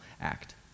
act